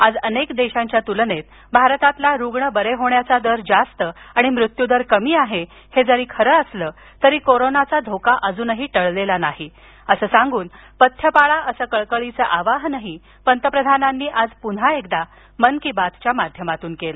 आज अनेक देशांच्या तुलनेत भारतातला रुग्ण बरे होण्याचा दर जास्त आणि मृत्यूदर कमी आहे हे जरी खरं असलं तरी कोरोनाचा धोका अजूनही टळलेला नाही असं सांगून पथ्य पाळा असं कळकळीचं आवाहन पंतप्रधानांनी आज पुन्हा एकदा मन की बातच्या माध्यमातून केलं